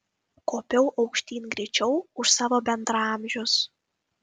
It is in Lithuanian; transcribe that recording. kopiau aukštyn greičiau už savo bendraamžius